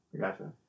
Gotcha